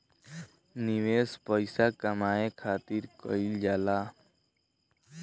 निवेश पइसा कमाए खातिर कइल जाला